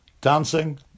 Dancing